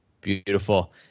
Beautiful